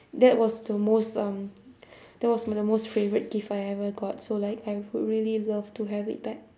that was the most um that was m~ the most favourite gift I ever got so like I would really love to have it back